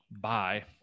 Bye